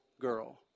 girl